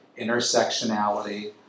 intersectionality